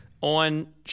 on